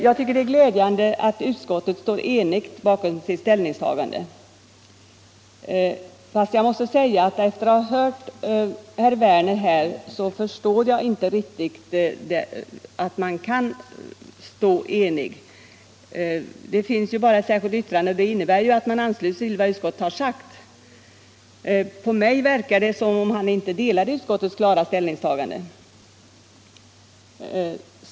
Jag tycker det är glädjande att utskottet står enigt bakom sitt ställningstagande. Men efter att ha hört herr Mårten Werner här måste jag säga att jag inte riktigt förstår att man kan stå enig. Det finns ju bara ett särskilt yttrande i denna fråga, och det innebär att man ansluter sig till vad utskottet har sagt. På mig verkade det som om herr Werner inte instämde i utskottets klara ställningstagande.